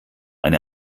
eine